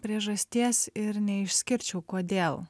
priežasties ir neišskirčiau kodėl